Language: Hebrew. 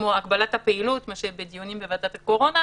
כמו הגבלת הפעילות מה שהיה בדיונים בוועדת הקורונה,